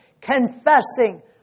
confessing